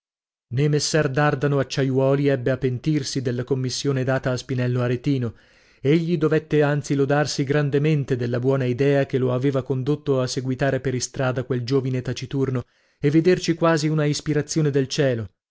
acciaiuoli ebbe a pentirsi della commissione data a spinello aretino egli dovette anzi lodarsi grandemente della buona idea che lo aveva condotto a seguitare per istrada quel giovine taciturno e vederci quasi una ispirazione del cielo